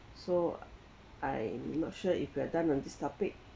so I not sure if you are done on this topic